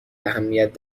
اهمیت